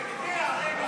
הוא הצביע, רגע.